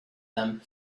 them